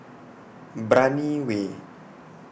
Brani Way